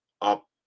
up